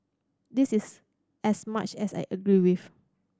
this is as much as I agree with